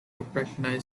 recognised